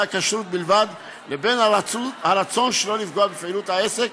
הכשרות בלבד לבין הרצון שלא לפגוע בפעילות העסק,